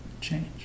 change